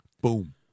Boom